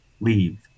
leave